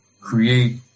create